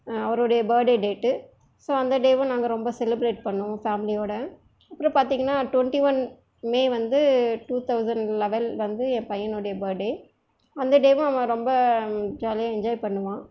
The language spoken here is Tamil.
அவருடைய பர்த் டே டேட்டு ஸோ அந்த டேவும் நாங்கள் ரொம்ப செலப்ரேட் பண்ணுவோம் ஃபேம்லியோடு அப்புறம் பார்த்திங்னா டொண்ட்டி ஒன் மே வந்து டூ தௌசண்ட் லெவல் வந்து என் பையனுடைய பர்த் டே அந்த டேவும் அவன் ரொம்ப ஜாலியாக என்ஜாய் பண்ணுவான்